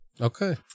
Okay